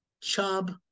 chub